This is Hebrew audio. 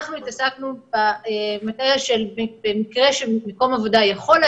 אנחנו התעסקנו במקרה שבמקום עבודה יכולים